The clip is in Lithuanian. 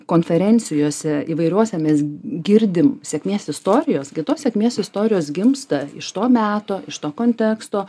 konferencijose įvairiuose mes girdim sėkmės istorijos gi tos sėkmės istorijos gimsta iš to meto iš to konteksto